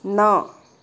न